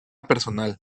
personal